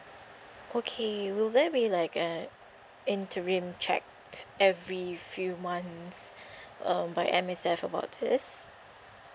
okay will there be like a interim check every few months um by M_S_F about this